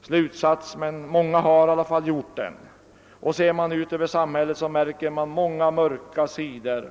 slutsatsen är riktig, men många har i alla fall upplevt det på detta sätt. Ser man ut över samhället finner man många mörka inslag.